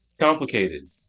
Complicated